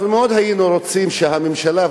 אנחנו מאוד היינו רוצים שהממשלה,